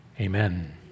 amen